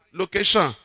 location